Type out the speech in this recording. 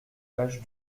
page